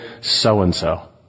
so-and-so